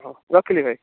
ହଉ ରଖିଲି ଭାଇ